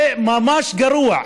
זה ממש גרוע.